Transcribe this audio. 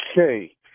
okay